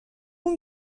اون